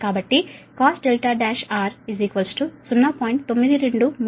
కాబట్టి Cos R1 0